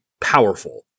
powerful